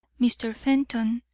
mr. fenton,